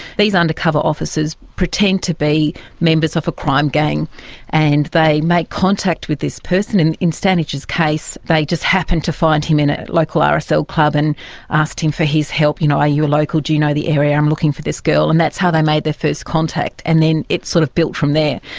these undercover officers pretend to be members of a crime gang and they make contact with this person, and in standage's case they just happened to find him in a local rsl so club and asked him for his help, you know, are you a local? do you know the area? i'm looking for this girl and that's how they made their first contact. and then it sort of built from there.